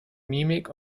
mimik